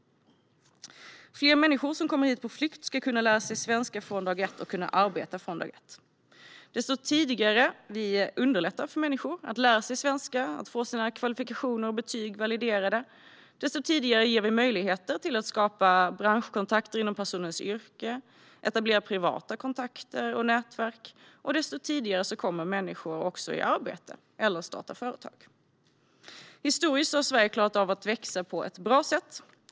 Fler människor som kommer hit på flykt ska kunna lära sig svenska från dag ett och kunna arbeta från dag ett. Ju tidigare vi underlättar för människor att lära sig svenska och att få sina kvalifikationer och betyg validerade, desto tidigare ger vi möjligheter till att skapa branschkontakter inom personens yrke och till att etablera privata kontakter och nätverk. Därmed kommer människor också tidigare i arbete eller startar företag. Historiskt har Sverige klarat av att växa på ett bra sätt.